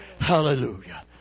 Hallelujah